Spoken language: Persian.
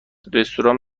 رستوران